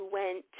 went